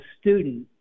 student